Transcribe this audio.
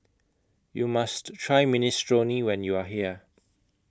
YOU must Try Minestrone when YOU Are here